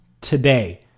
today